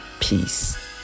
peace